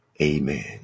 Amen